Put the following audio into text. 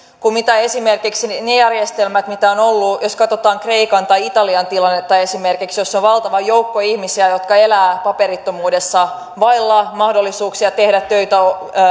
kuin esimerkiksi ne järjestelmät joita on ollut katsottaessa esimerkiksi kreikan tai italian tilannetta missä on valtava joukko ihmisiä jotka elävät paperittomuudessa vailla mahdollisuuksia tehdä töitä